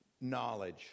knowledge